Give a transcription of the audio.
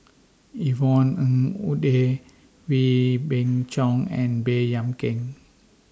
Yvonne Ng Uhde Wee Beng Chong and Baey Yam Keng